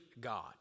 God